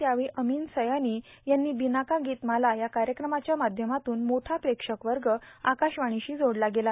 त्यावेळी र्आमन सयानी यांनी बिनाका गीतमाला या कायक्रमाच्या माध्यमातून मोठा प्रेक्षक वग आकाशवाणीशी जोडला गेला